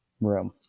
room